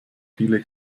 viele